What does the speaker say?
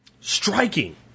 Striking